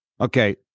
Okay